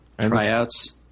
Tryouts